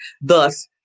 Thus